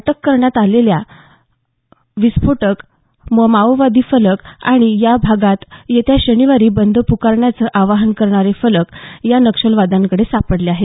अटक करण्यात आलेल्यांकडून विस्फोटक माओवादी फलक आणि या भागात येत्या शनिवारी बंद पुकारण्याचं आवाहन करणारे फलक या नक्षलवाद्यांकडे सापडले आहेत